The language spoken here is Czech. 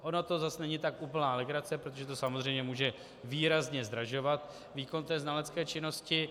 Ona to zase není tak úplně legrace, protože to samozřejmě může výrazně zdražovat výkon té znalecké činnosti.